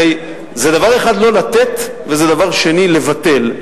הרי זה דבר אחד לא לתת וזה דבר שני לבטל.